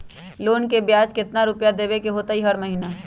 Loan के ब्याज कितना रुपैया देबे के होतइ हर महिना?